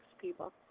people